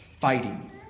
fighting